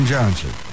Johnson